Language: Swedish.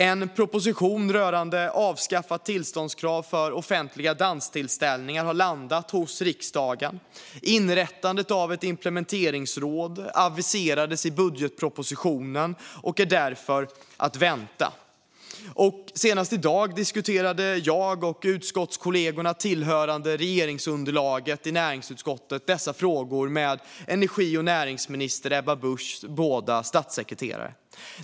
En proposition rörande avskaffat tillståndskrav för offentliga danstillställningar har landat hos riksdagen. Inrättandet av ett implementeringsråd aviserades i budgetpropositionen och är därför att vänta. Senast i dag diskuterade jag och utskottskollegorna tillhörande regeringsunderlaget i näringsutskottet dessa frågor med energi och näringsminister Ebba Buschs båda statssekreterare.